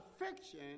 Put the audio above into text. affection